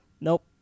Nope